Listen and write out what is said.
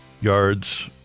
yards